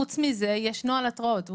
חוץ מזה יש נוהל התראות.